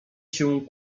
się